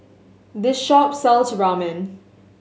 this shop sells Ramen